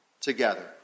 together